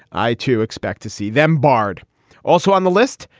i too expect to see them barred also on the list.